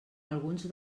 alguns